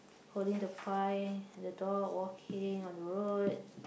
holding the pie and the dog walking on the road